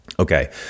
Okay